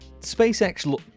SpaceX